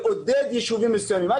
לעודד ישובים מסוימים.